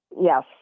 Yes